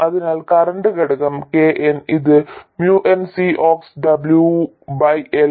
അതിനാൽ കറന്റ് ഘടകം K n ഇത് mu n C ox W by L